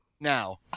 Now